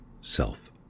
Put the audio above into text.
self